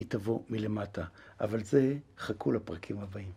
היא תבוא מלמטה, אבל זה חכו לפרקים הבאים.